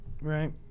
right